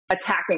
attacking